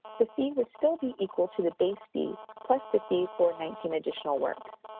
the fee would still be equal to the base fee plus the fee for nineteen additional works.